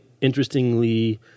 interestingly